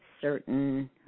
certain